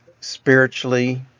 spiritually